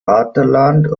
vaterland